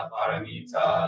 Paramita